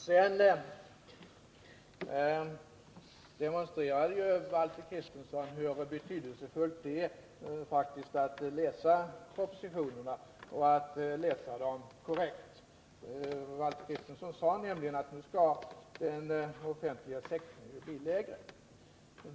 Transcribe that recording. Sedan demonstrerade Valter Kristenson hur betydelsefullt det är att läsa propositionerna och att läsa dem korrekt. Valter Kristenson sade nämligen att det nu skall ske en minskning för den offentliga sektorn.